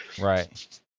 right